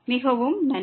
மிகவும் நன்றி